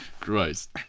Christ